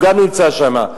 הוא גם נמצא שם.